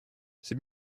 c’est